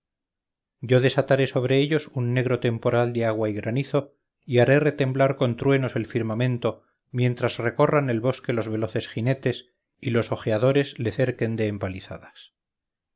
yo desataré sobre ellos un negro temporal de agua y granizo y haré retemblar con truenos el firmamento mientras recorran el bosque los veloces jinetes y los ojeadores le cerquen de empalizadas